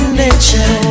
nature